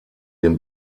dem